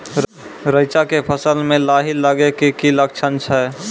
रैचा के फसल मे लाही लगे के की लक्छण छै?